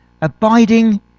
Abiding